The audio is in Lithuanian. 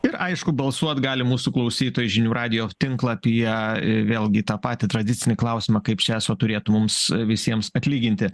ir aišku balsuot gali mūsų klausytojai žinių radijo tinklapyje vėlgi tą patį tradicinį klausimą kaip čia eso turėtų mums visiems atlyginti